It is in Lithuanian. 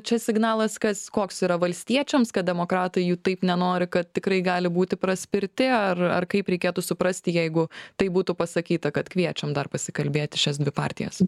čia signalas kas koks yra valstiečiams kad demokratai jų taip nenori kad tikrai gali būti praspirti ar ar kaip reikėtų suprasti jeigu tai būtų pasakyta kad kviečiam dar pasikalbėti šias dvi partijas